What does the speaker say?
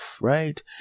right